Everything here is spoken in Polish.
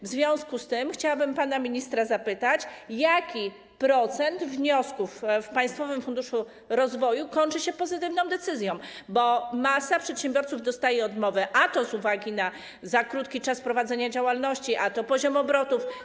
W związku z tym chciałabym pana ministra zapytać, jaki procent wniosków w państwowym funduszu rozwoju kończy się pozytywną decyzją, bo masa przedsiębiorców dostaje odmowę z uwagi na za krótki czas prowadzenia działalności lub poziom obrotów.